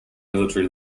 military